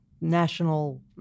national